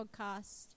podcast